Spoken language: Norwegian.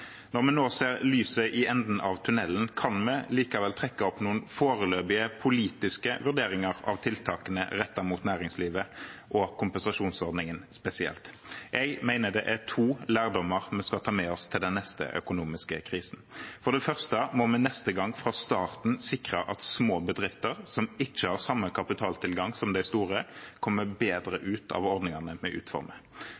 Når vi nå ser lyset i enden av tunnelen, kan vi likevel trekke opp noen foreløpige politiske vurderinger av tiltakene rettet mot næringslivet og kompensasjonsordningen spesielt. Jeg mener det er to lærdommer vi skal ta med oss til den neste økonomiske krisen. For det første må vi neste gang fra starten sikre at små bedrifter, som ikke har samme kapitaltilgang som de store, kommer bedre